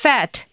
Fat